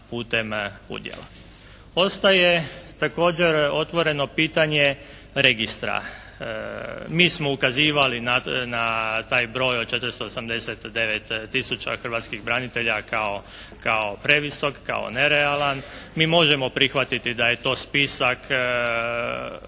putem udjela. Ostaje također otvoreno pitanje registra. Mi smo ukazivali na taj broj od 489 tisuća hrvatskih branitelja kao previsok, kao nerealan. Mi možemo prihvatiti da je to spisak baze